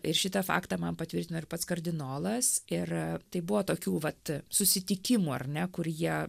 ir šitą faktą man patvirtino ir pats kardinolas ir tai buvo tokių vat susitikimų ar ne kur jie